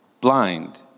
blind